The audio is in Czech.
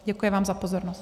Děkuji vám za pozornost.